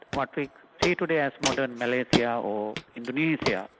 what we see today as modern malaysia yeah or indonesia,